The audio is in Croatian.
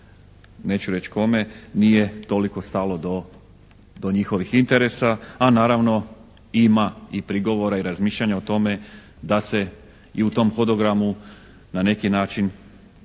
neću reći kome, nije toliko stalo do njihovih interesa a naravno ima i prigovora i razmišljanja o tome da se i u tom hodogramu na neki način